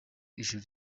ijuru